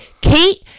Kate